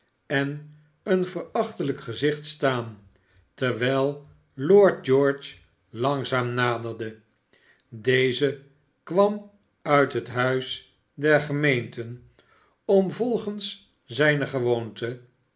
en een verachtelijk gezicht staan terwijl lord george langzaam naderde deze kwam uit het huis der gemeenten om volgens zijne gewoonte